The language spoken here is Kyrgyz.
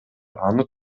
аны